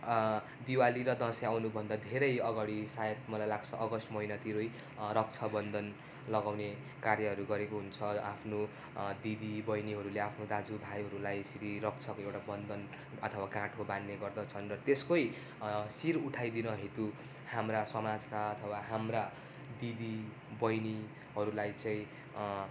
दिवाली र दसैँ आउनुभन्दा धेरै अगाडि सायद मलाई लाग्छ अगस्ट महिनातिरै रक्षा बन्दन लगाउने कार्यहरू गरेको हुन्छ आफ्नो दिदी बहिनीहरूले आफ्नो दाजु भाइहरूलाई यसरी रक्षाको एउटा बन्धन अथवा गाँठो बाँध्ने गर्दछन् र त्यसकै शिर उठाइदिन हेतु हाम्रा समाजका अथवा हाम्रा दिदी बहिनीहरूलाई चाहिँ